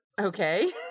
Okay